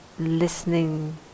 Listening